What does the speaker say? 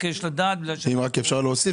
אם רק אפשר להוסיף,